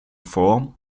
vor